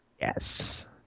Yes